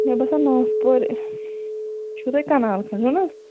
مےٚ باسان نامپور چھُو تۄہہِ کنال کھنٛڈ چھُو نا